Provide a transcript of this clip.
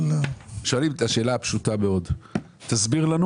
שואלים את השאלה הפשוטה מאוד: תסביר לנו